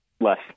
Less